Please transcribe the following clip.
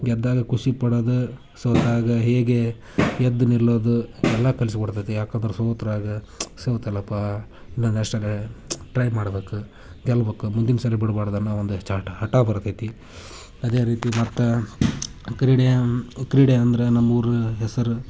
ಗೆದ್ದಾಗ ಖುಷಿ ಪಡೋದು ಸೋತಾಗ ಹೇಗೆ ಎದ್ದು ನಿಲ್ಲೋದು ಎಲ್ಲ ಕಲಿಸ್ಕೊಡ್ತತಿ ಯಾಕಂದ್ರೆ ಸೋತಾಗ ಸೋತಿಯಲಪ್ಪಾ ಇನ್ನು ನೆಸ್ಟಲ್ಲಿ ಟ್ರೈ ಮಾಡ್ಬೇಕು ಗೆಲ್ಬೇಕು ಮುಂದಿನ ಸಲ ಬಿಡ್ಬಾಡ್ದೇನೊ ಒಂದು ಚಟ ಹಠ ಬರ್ತೈತೆ ಅದೇ ರೀತಿ ಮತ್ತೆ ಕ್ರೀಡೆ ಕ್ರೀಡೆ ಅಂದರೆ ನಮ್ಮೂರ ಹೆಸರು